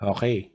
Okay